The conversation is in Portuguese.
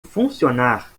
funcionar